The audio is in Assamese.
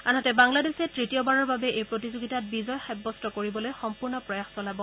আনহাতে বাংলাদেশে তৃতীয়বাৰৰ বাবে এই প্ৰতিযোগিতাত বিজয় সাব্যস্ত কৰিবলৈ সম্পূৰ্ণ প্ৰয়াস চলাব